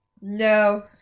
No